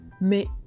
mais